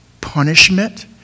punishment